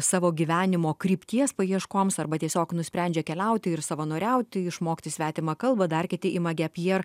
savo gyvenimo krypties paieškoms arba tiesiog nusprendžia keliauti ir savanoriauti išmokti svetimą kalbą dar kiti ima gap year